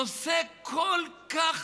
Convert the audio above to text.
הנושא כל כך